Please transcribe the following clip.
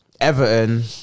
Everton